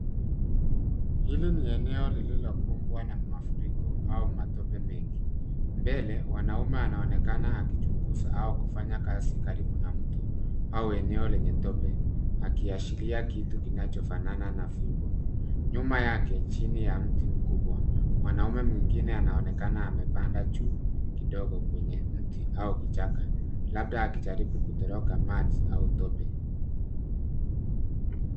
Hili ni eneo lililo la kuumbwa na mafuriko au matope mengi, mbele wanaume anaonekana akichunguza au kufanya kazi karibu na mto au eneo lenye tope akiashiria kitu kinachofanana na fimbo ,nyuma yake chini ya mti mkubwa mwanaume mwingine anaonekana amepanda juu kidogo kwenye mti au kichaka labda akijaribu kutoroka maji au tope.